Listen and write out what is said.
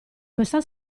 questa